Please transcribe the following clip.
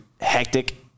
hectic